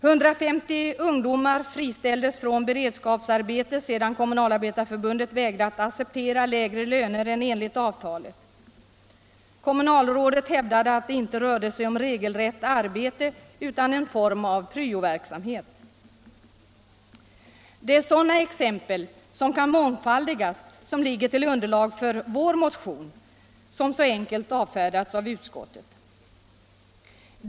Sedan Kommunalarbetarförbundet vägrat acceptera lägre löner än enligt avtalet friställdes 150 ungdomar från beredskapsarbete. Kommunalrådet hävdade att det inte rörde sig om regelrätt arbete utan en form av pryoverksamhet. Sådana exempel, som kan mångfaldigas, ligger till grund för vår motion, som så enkelt avfärdas av utskottet.